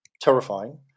terrifying